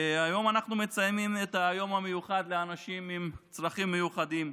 היום אנחנו מציינים את היום המיוחד לאנשים עם צרכים מיוחדים.